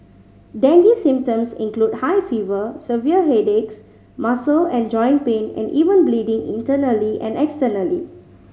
dengue symptoms include high fever severe headaches muscle and joint pain and even bleeding internally and externally